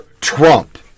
Trump